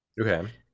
Okay